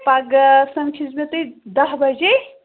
پگاہ سَمکھِ زِ مےٚ تُہۍ دَہ بَجے